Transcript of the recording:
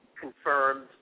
confirmed